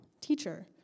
teacher